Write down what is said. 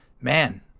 Man